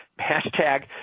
hashtag